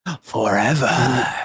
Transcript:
forever